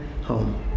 home